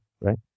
right